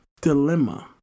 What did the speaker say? dilemma